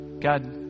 God